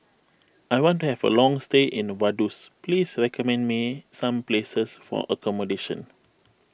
I want to have a long stay in Vaduz please recommend me some places for accommodation